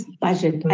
budget